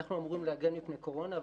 אנחנו אמורים להגן מפני קורונה,